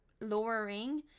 lowering